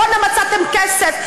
כי לעמונה מצאתם כסף,